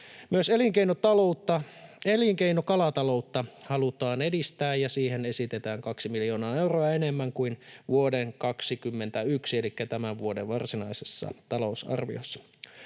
Myös elinkeinokalataloutta halutaan edistää, ja siihen esitetään 2 miljoonaa euroa enemmän kuin vuoden 21 elikkä tämän vuoden varsinaisessa talousarviossa,